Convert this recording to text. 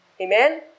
Amen